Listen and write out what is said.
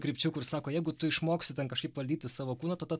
krypčių kur sako jeigu tu išmoksi ten kažkaip valdyti savo kūną tada